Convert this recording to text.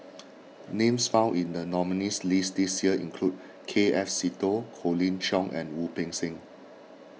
names found in the nominees' list this year include K F Seetoh Colin Cheong and Wu Peng Seng